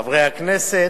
חברי הכנסת,